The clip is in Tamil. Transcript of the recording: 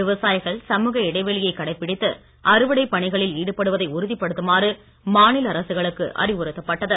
விவசாயிகள் சமூக இடைவெளியை கடைபிடித்து அறுவடை பணிகளில் ஈடுபடுவதை உறுதிப் படுத்துமாறு மாநில அரசுகளுக்கு அறிவுறுத்தப் பட்டது